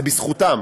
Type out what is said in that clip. זה בזכותם,